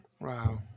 Wow